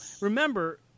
remember